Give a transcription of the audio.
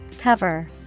cover